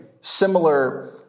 similar